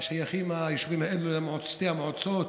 היישובים האלה שייכים לשתי מועצות,